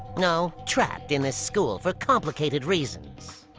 no, trapped in this school for complicated reasons.